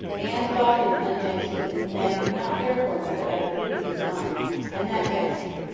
and thought him ungenteel, and not careful enough about improving his mind and that vexed him.